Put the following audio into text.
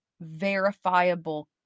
Verifiable